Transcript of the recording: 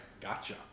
gotcha